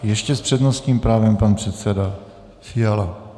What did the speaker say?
Ještě s přednostním právem pan předseda Fiala.